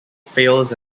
fails